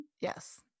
Yes